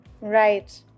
Right